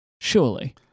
Surely